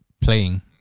playing